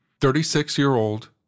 Thirty-six-year-old